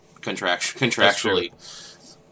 Contractually